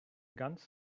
ganz